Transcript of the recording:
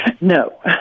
No